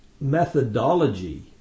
methodology